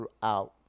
throughout